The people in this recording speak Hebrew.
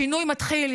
השינוי מתחיל,